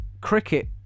cricket